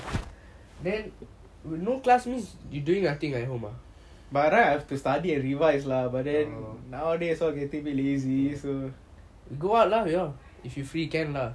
by right I have to study and revise lah but then nowadays all getting lazy so go out lah you know if you free you can lah